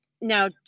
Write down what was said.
now